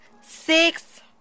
six